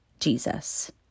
Jesus